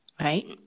right